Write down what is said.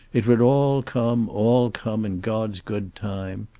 it would all come, all come, in god's good time.